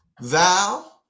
thou